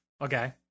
Okay